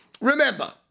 remember